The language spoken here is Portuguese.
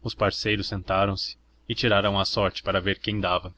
os parceiros sentaram-se e tiraram a sorte para ver quem dava